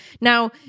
Now